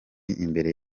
imbere